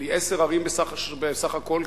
נדמה לי שבעשר ערים בסך הכול,